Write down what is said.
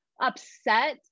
upset